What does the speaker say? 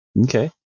okay